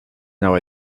now